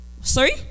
Sorry